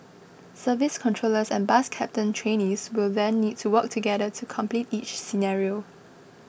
service controllers and bus captain trainees will then need to work together to complete each scenario